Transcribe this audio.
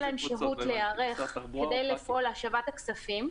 להם שהות להיערך כדי לפעול להשבת הכספים,